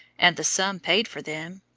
and the sum paid for them,